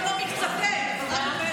יש גם לא מקצתיה, רק אומרת.